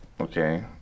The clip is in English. Okay